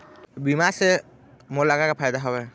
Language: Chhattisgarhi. बीमा से मोला का का फायदा हवए?